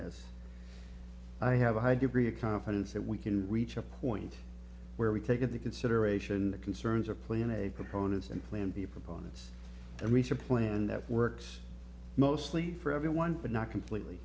this i have a high degree of confidence that we can reach a point where we take into consideration the concerns of playin a proponents and plan b proponents and research plan that works mostly for everyone but not completely